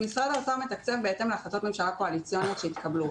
משרד האוצר מתקצב בהתאם להחלטות ממשלה קואליציוניות שהתקבלו.